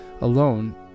alone